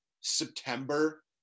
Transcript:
September